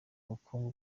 bukungu